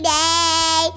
day